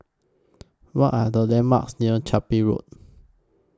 What Are The landmarks near Chapel Road